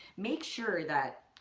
make sure that